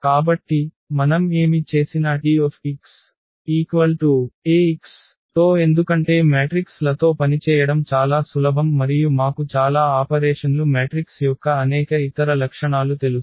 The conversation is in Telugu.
కాబట్టి మనం ఏమి చేసినా T Ax తో ఎందుకంటే మ్యాట్రిక్స్ లతో పనిచేయడం చాలా సులభం మరియు మాకు చాలా ఆపరేషన్లు మ్యాట్రిక్స్ యొక్క అనేక ఇతర లక్షణాలు తెలుసు